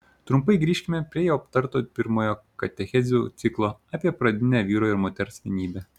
trumpai grįžkime prie jau aptarto pirmojo katechezių ciklo apie pradinę vyro ir moters vienybę